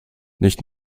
nicht